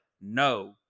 No